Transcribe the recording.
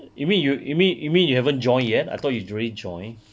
you mean yo~ you mean you mean you haven't joined yet I thought you already join